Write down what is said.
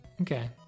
Okay